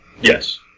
Yes